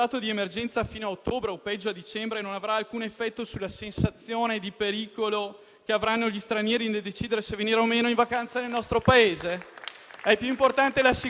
È più importante la sicurezza del presidente Conte rispetto alla possibilità di sviluppare il turismo nel nostro Paese? Siete irresponsabili, se lo pensate.